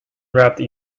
wrapped